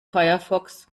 firefox